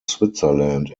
switzerland